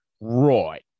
Right